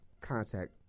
contact